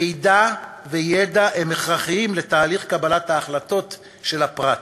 מידע וידע הם הכרחיים לתהליך קבלת ההחלטות של הפרט.